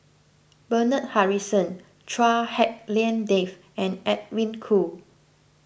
Bernard Harrison Chua Hak Lien Dave and Edwin Koo